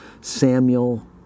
Samuel